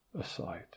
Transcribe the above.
aside